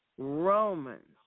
Romans